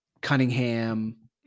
Cunningham